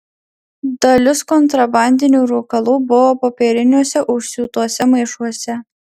dalis kontrabandinių rūkalų buvo popieriniuose užsiūtuose maišuose